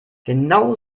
genau